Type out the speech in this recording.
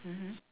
mmhmm